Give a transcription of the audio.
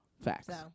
Facts